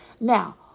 Now